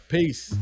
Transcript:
Peace